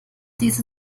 diese